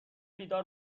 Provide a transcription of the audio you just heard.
بیدار